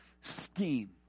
scheme